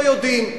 לא יודעים.